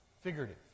figurative